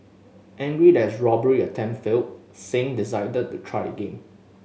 angry that his robbery attempt failed Singh decided to try again